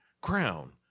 crown